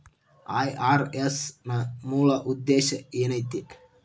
IRS ನ ಮೂಲ್ ಉದ್ದೇಶ ಏನೈತಿ?